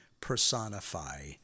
personify